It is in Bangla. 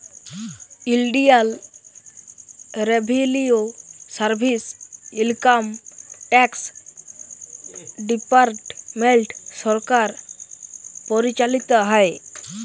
ইলডিয়াল revenue service, income tax department সরকার পরিচালিত হ্যয়